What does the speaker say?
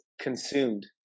consumed